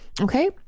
Okay